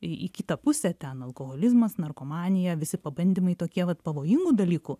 į į kitą pusę ten alkoholizmas narkomanija visi pabandymai tokie vat pavojingų dalykų